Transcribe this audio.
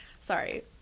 Sorry